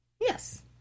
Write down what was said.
Yes